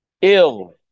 Ill